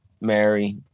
Mary